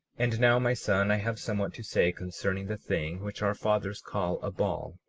and now, my son, i have somewhat to say concerning the thing which our fathers call a ball,